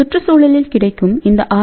சுற்றுச்சூழலில் கிடைக்கும் இந்த ஆர்